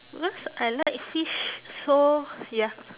because I like fish so ya